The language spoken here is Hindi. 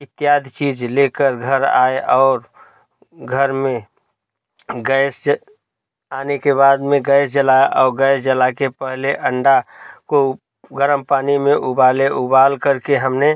इत्यादि चीज़ लेकर घर आए और घर में गैस आने के बाद में गैस जलाया औ गैस गैस कर पहले अंडा को गर्म पानी में उबाले उबालकर के हमने